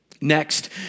Next